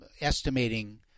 estimating